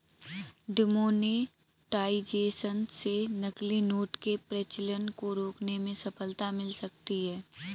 demonetisation से नकली note के प्रचलन को रोकने में सफलता मिल सकती है